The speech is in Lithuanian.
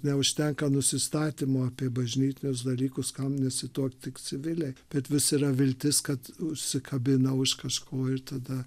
neužtenka nusistatymo apie bažnytinius dalykus kam nesituokt tik civiliai bet vis yra viltis kad užsikabina už kažko tada